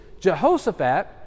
Jehoshaphat